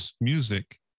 music